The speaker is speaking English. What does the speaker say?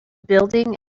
building